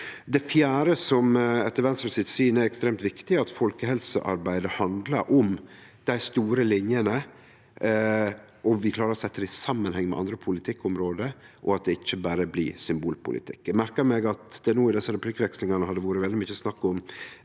Det fjerde som etter Venstres syn er ekstremt viktig, er at folkehelsearbeidet handlar om dei store linjene og at vi klarar å setje det i samanheng med andre politikkområde, og at det ikkje berre blir symbolpolitikk. Eg merkar meg at det i nokre av replikkvekslingane har vore veldig mykje snakk om